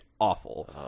awful